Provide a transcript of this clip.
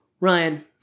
ryan